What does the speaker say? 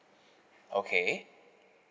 okay